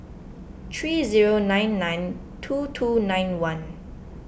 three zero nine nine two two nine one